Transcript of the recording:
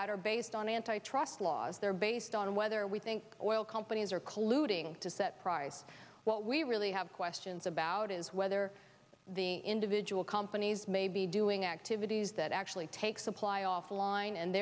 at are based on antitrust laws they're based on whether we think oil companies are colluding to set price what we really have questions about is whether the individual companies may be doing activities that actually take supply offline and